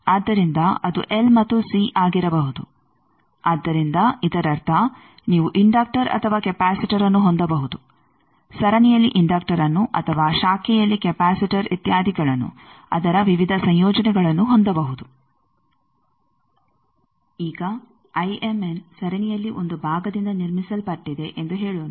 ಆದ್ದರಿಂದ ಅದು ಎಲ್ ಮತ್ತು ಸಿ ಆಗಿರಬಹುದು ಆದ್ದರಿಂದ ಇದರರ್ಥ ನೀವು ಇಂಡಕ್ಟರ್ ಅಥವಾ ಕೆಪಾಸಿಟರ್ಅನ್ನು ಹೊಂದಬಹುದು ಸರಣಿಯಲ್ಲಿ ಇಂಡಕ್ಟರ್ಅನ್ನು ಅಥವಾ ಶಾಖೆಯಲ್ಲಿ ಕೆಪಾಸಿಟರ್ ಇತ್ಯಾದಿಗಳನ್ನು ಅದರ ವಿವಿಧ ಸಂಯೋಜನೆಗಳನ್ನು ಹೊಂದಬಹುದು ಈಗ ಐಎಮ್ಎನ್ ಸರಣಿಯಲ್ಲಿ ಒಂದು ಭಾಗದಿಂದ ನಿರ್ಮಿಸಲ್ಪಟ್ಟಿದೆ ಎಂದು ಹೇಳೋಣ